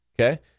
okay